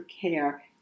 care